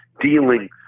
dealing